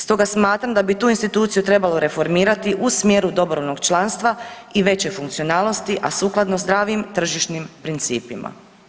Stoga smatram da bi tu instituciju trebalo reformirati u smjeru dobrovoljnog članstva i veće funkcionalnosti, a sukladno zdravim tržišnim principima.